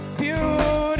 beautiful